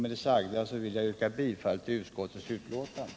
Med det sagda ber jag att få yrka bifall till utskottets hemställan.